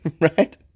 Right